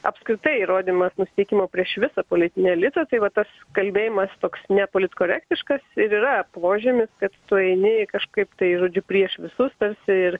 apskritai rodymas nusiteikimo prieš visą politinį elitą tai va tas kalbėjimas toks nepolitkorektiškas ir yra požymis kad tu eini kažkaip tai žodžiu prieš visus tarsi ir